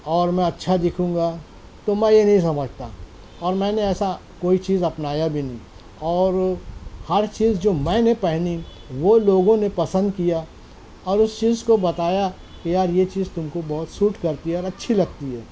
اور میں اچھا دکھوں گا تو میں یہ نہیں سمجھتا اور میں نے ایسا کوئی چیز اپنایا بھی نہیں اور ہر چیز جو میں نے پہنی وہ لوگوں نے پسند کیا اور اس چیز کو بتایا کہ یار یہ چیز تم کو بہت سوٹ کرتی ہے اور اچھی لگتی ہے